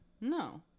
no